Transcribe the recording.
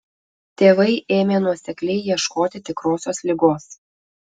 tėvai ėmė nuosekliai ieškoti tikrosios ligos